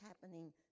happening